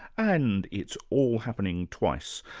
and it's all happening twice.